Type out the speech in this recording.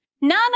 None